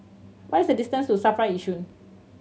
what is the distance to SAFRA Yishun